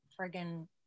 friggin